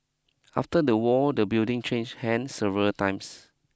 after the war the building changed hands several times